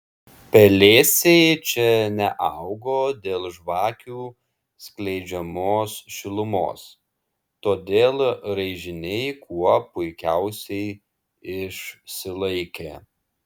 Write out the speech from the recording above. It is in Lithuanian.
pelėsiai čia neaugo dėl žvakių skleidžiamos šilumos todėl raižiniai kuo puikiausiai išsilaikė